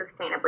sustainably